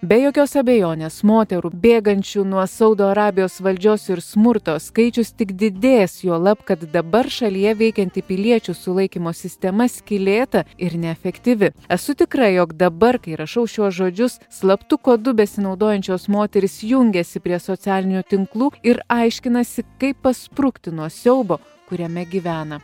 be jokios abejonės moterų bėgančių nuo saudo arabijos valdžios ir smurto skaičius tik didės juolab kad dabar šalyje veikianti piliečių sulaikymo sistema skylėta ir neefektyvi esu tikra jog dabar kai rašau šiuos žodžius slaptu kodu besinaudojančios moterys jungiasi prie socialinių tinklų ir aiškinasi kaip pasprukti nuo siaubo kuriame gyvena